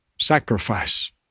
sacrifice